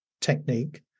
technique